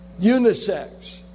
unisex